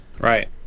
Right